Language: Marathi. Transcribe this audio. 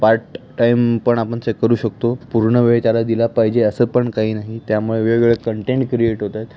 पार्ट टाईम पण आपण ते करू शकतो पूर्ण वेळ त्याला दिला पाहिजे असं पण काही नाही त्यामुळे वेगवेगळे कंटेंट क्रिएट होत आहेत